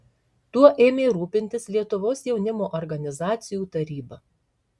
tuo ėmė rūpintis lietuvos jaunimo organizacijų taryba